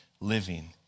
living